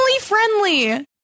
friendly